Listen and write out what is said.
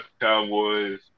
Cowboys